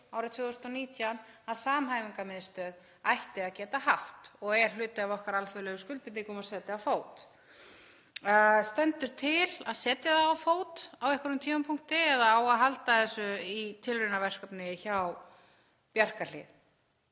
árið 2019 að samhæfingarmiðstöð ætti að geta haft og er hluti af okkar alþjóðlegu skuldbindingum að setja á fót. Stendur til að setja það á fót á einhverjum tímapunkti eða á að halda þessu í tilraunaverkefni hjá Bjarkarhlíð?